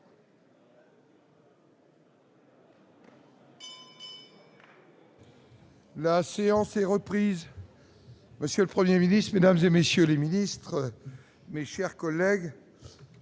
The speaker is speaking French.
La séance est reprise.